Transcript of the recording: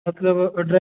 ਮਤਲਬ ਅਡਰੈ